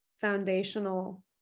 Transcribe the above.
foundational